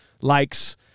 likes